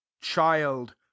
child